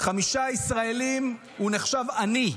חמישה ישראלים נחשב עני.